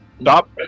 Stop